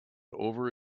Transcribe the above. over